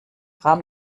rahmen